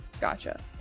Gotcha